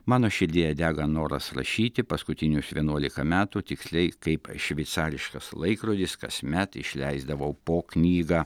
mano širdyje dega noras rašyti paskutinius vienuolika metų tiksliai kaip šveicariškas laikrodis kasmet išleisdavau po knygą